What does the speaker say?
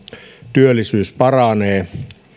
työllisyys paranee